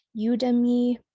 Udemy